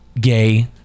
gay